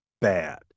bad